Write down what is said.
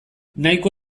nahiko